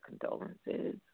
condolences